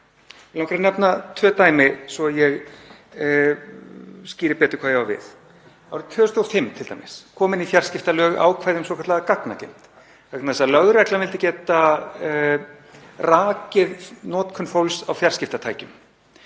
Mig langar að nefna tvö dæmi svo ég skýri betur hvað ég á við. Árið 2005 kom t.d. inn í fjarskiptalög ákvæði um svokallaða gagnageymd vegna þess að lögreglan vildi geta rakið notkun fólks á fjarskiptatækjum.